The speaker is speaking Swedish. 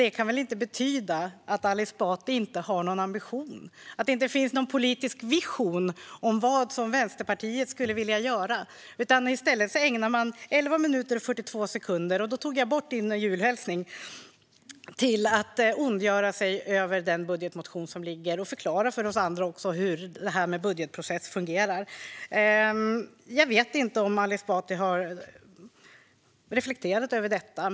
Inte kan väl det betyda att Ali Esbati inte har någon ambition? Finns det ingen politisk vision hos Vänsterpartiet om vad man vill göra? I stället ägnade han 11 minuter och 42 sekunder - jag räknade bort hans julhälsning - åt att ondgöra sig över den budgetmotion som ligger på riksdagens bord. Han förklarar även för oss andra hur en budgetprocess fungerar. Jag vet inte om Ali Esbati har reflekterat över detta.